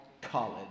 College